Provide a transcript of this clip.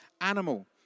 animal